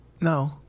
No